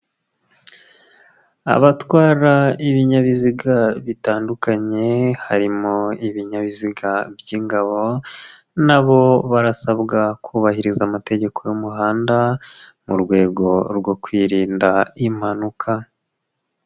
Abatwara ibinyabiziga bitandukanye harimo ibinyabiziga by'ingabo na bo barasabwa kubahiriza amategeko y'umuhanda mu rwego rwo kwirinda impanuka.